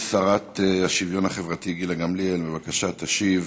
השרה לשוויון חברתי גילה גמליאל, בבקשה, תשיב.